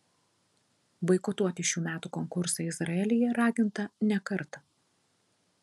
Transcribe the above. boikotuoti šių metų konkursą izraelyje raginta ne kartą